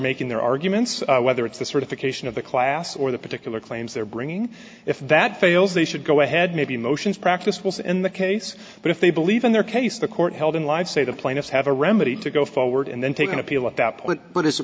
making their arguments whether it's the sort of occasion of the class or the particular claims they're bringing if that fails they should go ahead maybe motions practice was in the case but if they believe in their case the court held in live say the plaintiffs have a remedy to go forward and then take an appeal at that point but as a